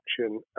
action